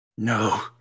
No